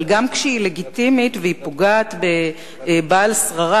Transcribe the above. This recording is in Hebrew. אבל גם כשהיא לגיטימית והיא פוגעת בבעל שררה